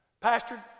pastor